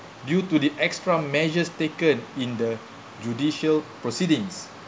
due to the extra measures taken in the judicial proceedings